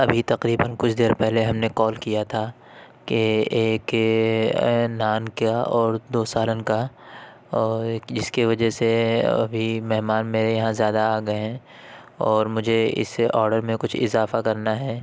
ابھی تقریباً کچھ دیر پہلے ہم نے کال کیا تھا کہ ایک یہ نان کا اور دو سالن کا اور جس کے وجہ سے ابھی مہمان میرے یہاں زیادہ آ گئے ہیں اور مجھے اس آڈر میں اور کچھ اضافہ کرنا ہے